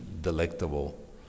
delectable